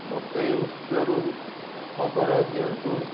ମୋତେ ଉତ୍ସରୁ ଖବର ଦିଅନ୍ତୁ